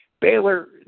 Baylor